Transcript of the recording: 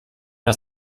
das